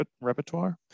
repertoire